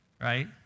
right